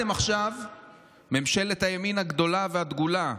ממשלת הימין הגדולה והדגולה,